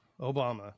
Obama